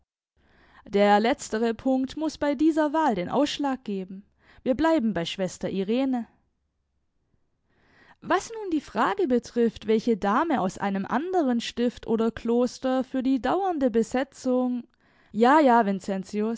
der letztere punkt muß bei dieser wahl den ausschlag geben wir bleiben bei schwester irene was nun die frage betrifft welche dame aus einem anderen stift oder kloster für die dauernde besetzung ja ja